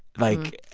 like,